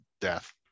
death